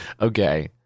Okay